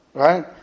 right